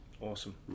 Awesome